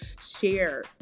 share